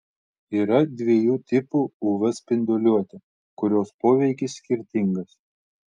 yra dviejų tipų uv spinduliuotė kurios poveikis skirtingas